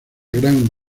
gran